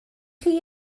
chi